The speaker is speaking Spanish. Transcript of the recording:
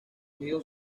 hijos